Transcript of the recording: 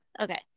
Okay